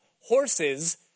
Horses